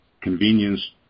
Convenience